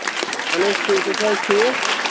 اَہن حظ ٹھیٖک تُہۍ چھِو حظ ٹھیٖک